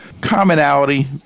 commonality